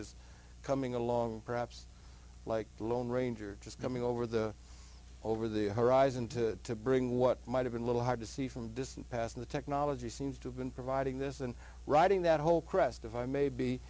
is coming along perhaps like the lone ranger just coming over the over the horizon to bring what might have been a little hard to see from distant past the technology seems to have been providing this and riding that whole crest if i may be